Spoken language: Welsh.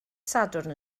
sadwrn